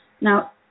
now